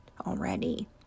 already